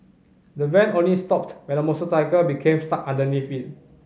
the van only stopped when a motorcycle became stuck underneath it